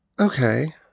okay